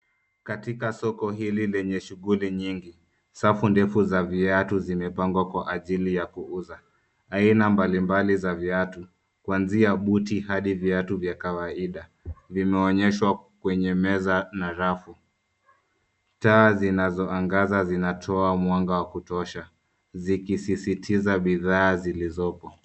Katika soko hili lenye shughuli nyingi safu ndefu za viatu zimepangwa kwa ajili ya kuuzwa. Aina mbalimbali za viatu kuanzia buti hadi viatu vya kawaida vimeonyeshwa kwenye meza na rafu. Taa zinazo angaza zinatoa mwanga wa kutosha ikisisitiza bidhaa zilizopo.